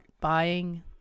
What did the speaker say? buying